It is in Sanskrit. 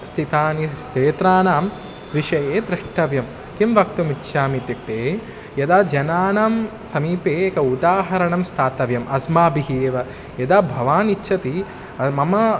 स्थितानि क्षेत्राणां विषये द्रष्टव्यं किं वक्तुम् इच्छामि इत्युक्ते यदा जनानां समीपे एकम् उदाहरणं स्थातव्यम् अस्माभिः एव यदा भवान् इच्छति मम